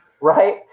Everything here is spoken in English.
Right